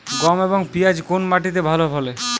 গম এবং পিয়াজ কোন মাটি তে ভালো ফলে?